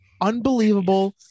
unbelievable